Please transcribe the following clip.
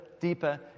deeper